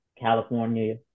california